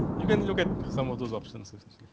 you can look at some of those option so